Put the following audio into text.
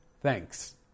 Thanks